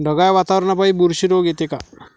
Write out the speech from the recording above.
ढगाळ वातावरनापाई बुरशी रोग येते का?